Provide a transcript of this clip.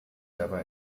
dabei